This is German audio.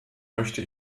möchte